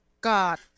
God